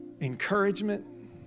encouragement